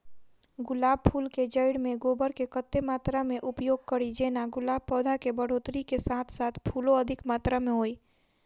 गुलाब फूल केँ जैड़ मे गोबर केँ कत्ते मात्रा मे उपयोग कड़ी जेना गुलाब पौधा केँ बढ़ोतरी केँ साथ साथ फूलो अधिक मात्रा मे होइ?